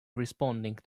responding